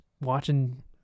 watching